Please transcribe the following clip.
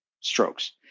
strokes